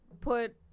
put